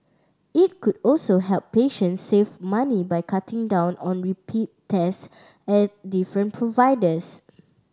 it could also help patients save money by cutting down on repeat tests at different providers